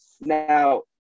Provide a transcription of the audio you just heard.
Now